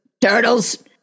turtles